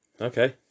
Okay